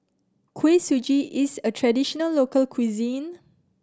Kuih Suji is a traditional local cuisine